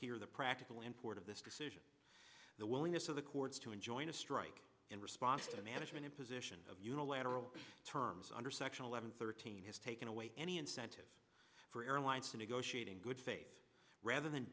here the practical import of this decision the willingness of the courts to enjoin to strike in response to management imposition of unilateral terms under section eleven thirteen has taken away any incentive for airlines to negotiate in good faith rather than